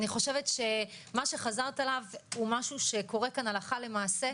מה שחזרת עליו קורה כאן הלכה למעשה.